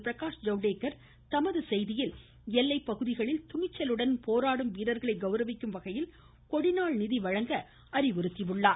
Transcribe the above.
பிரகாஷ் ஜவ்டேகர் தமது செய்தியில் எல்லைப் பகுதிகளில் துணிச்சலுடன் போராடும் வீரர்களை கவுரவிக்கும்வகையில் கொடிநாள் நிதி வழங்க அறிவுறுத்தினார்